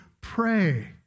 pray